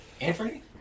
Anthony